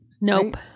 Nope